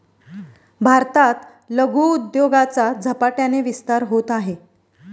भारतात लघु उद्योगाचा झपाट्याने विस्तार होत आहे